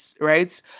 right